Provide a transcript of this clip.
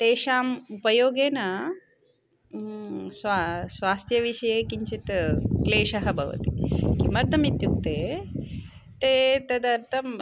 तेषाम् उपयोगेन स्व स्वास्थ्य विषये किञ्चित् क्लेशः भवति किमर्थम् इत्युक्ते ते तदर्थम्